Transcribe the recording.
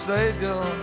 Savior